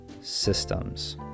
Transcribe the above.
systems